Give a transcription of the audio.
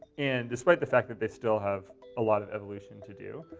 and despite the fact that they still have a lot of evolution to do,